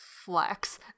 flex